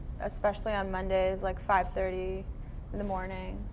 especially on monday's like five thirty in the morning,